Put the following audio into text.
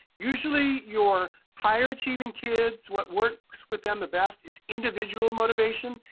usually your higher achieving kids, what works with them the best is individual motivation,